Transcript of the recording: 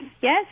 yes